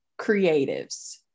creatives